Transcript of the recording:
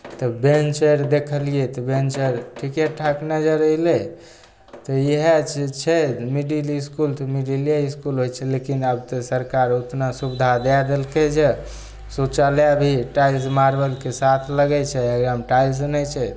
तऽ बेन्च आर देखलिए तऽ बेन्च आर ठीके ठाक नजर अएलै तऽ इएह जे छै मिडिल इसकुल तऽ मिडिले इसकुल होइ छै लेकिन आब तऽ सरकार ओतना सुविधा दै देलकै जे शौचालय अभी टाइल्स मारबलके साथ लगै छै एकरामे टाइल्स नहि छै